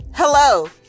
Hello